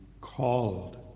called